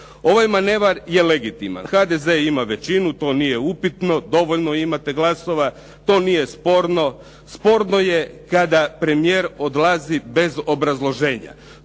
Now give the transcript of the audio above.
Ovaj manevar je legitiman. HDZ ima većinu to nije upitno, dovoljno imate glasova. To nije sporno. Sporno je kada premijer odlazi bez obrazloženja.